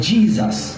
Jesus